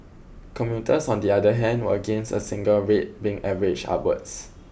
commuters on the other hand were against a single rate being averaged upwards